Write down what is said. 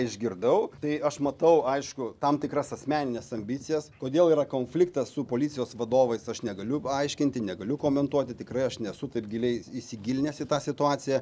išgirdau tai aš matau aišku tam tikras asmenines ambicijas kodėl yra konfliktas su policijos vadovais aš negaliu paaiškinti negaliu komentuoti tikrai aš nesu taip giliai įsigilinęs į tą situaciją